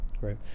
Right